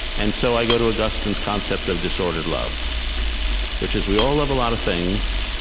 and so i go to augustine's concept of disordered loves which is we all love a lot of things,